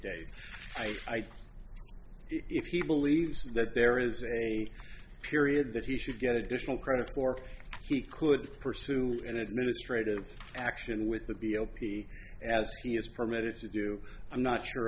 days i if he believes that there is a period that he should get additional credit clark he could pursue an administrative action with a deal p as he is permitted to do i'm not sure